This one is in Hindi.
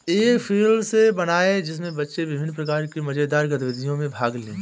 एक फील्ड डे बनाएं जिसमें बच्चे विभिन्न प्रकार की मजेदार गतिविधियों में भाग लें